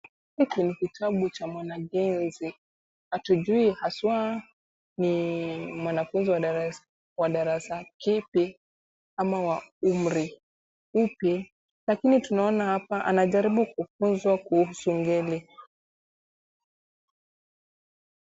Hiki ni kitabu cha mwanagenzi, hatujui haswa ni mwanafunzi wa darasa lipi ama wa umri upi . Lakini tunaona hapa anajaribu kufunzwa kuhusu ngeli.